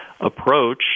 approach